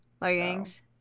leggings